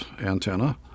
antenna